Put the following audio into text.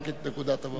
רק את נקודת המבט,